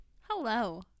Hello